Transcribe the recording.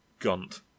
gunt